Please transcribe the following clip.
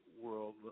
world